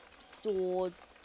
swords